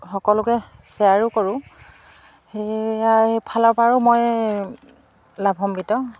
সকলোকে শ্বেয়াৰো কৰোঁ সেয়াই ফালৰ পৰাও মই লাভান্বিত